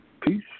Peace